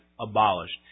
abolished